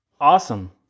awesome